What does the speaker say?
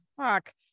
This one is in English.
fuck